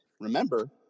Remember